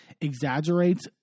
exaggerates